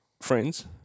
friends